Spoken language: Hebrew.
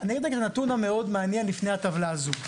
אני אגיד רגע את הנתון המאוד מעניין לפני הטבלה הזו,